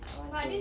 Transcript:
I want to